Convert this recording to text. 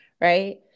Right